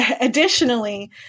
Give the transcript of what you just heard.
additionally